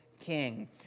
king